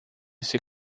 ser